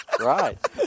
Right